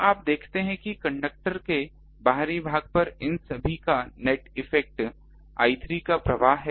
तो आप देखते हैं कि कंडक्टर के बाहरी भाग पर इन सभी का नेट इफेक्ट I3 का प्रवाह है